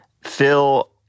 Phil